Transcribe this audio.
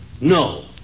No